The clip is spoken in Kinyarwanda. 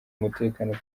umutekano